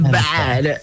bad